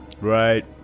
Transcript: Right